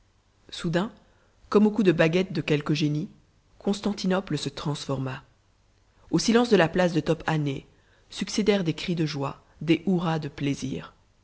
soudain comme au coup de baguette de quelque génie constantinople se transforma au silence de la place de top hané succédèrent des cris de joie des hurrahs de plaisir